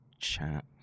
chat